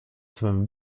swym